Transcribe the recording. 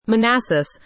Manassas